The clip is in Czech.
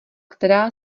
která